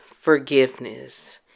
forgiveness